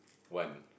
one